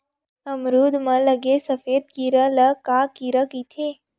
अमरूद म लगे सफेद कीरा ल का कीरा कइथे?